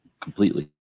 completely